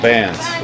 Bands